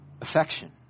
affection